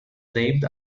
named